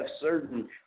certain